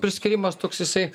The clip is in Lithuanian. priskyrimas toks jisai